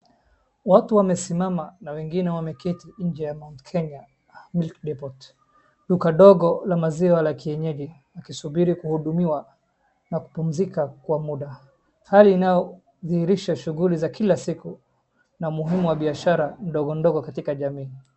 Watu wamesimama na wengine wameketi nje ya Mount Kenya Milk Depot , duka dogo la maziwa la kienyeji, wakisubiri kuhudumiwa na kupumzika kwa muda, hali inayodhihirisha shughuli za kila siku na mvumo wa biashara ndogo ndogo katika jamii.